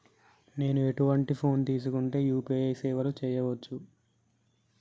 నేను ఎటువంటి ఫోన్ తీసుకుంటే యూ.పీ.ఐ సేవలు చేయవచ్చు?